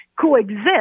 coexist